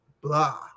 blah